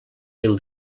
mil